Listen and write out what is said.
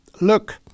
look